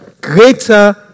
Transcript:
Greater